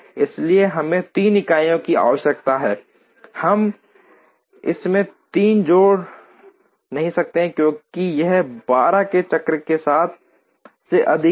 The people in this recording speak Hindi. इसलिए हमें 3 इकाइयों की आवश्यकता है हम इसमें 3 जोड़ नहीं सकते हैं क्योंकि यह 12 के चक्र के समय से अधिक है